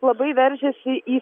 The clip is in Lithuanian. labai veržėsi į